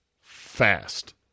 fast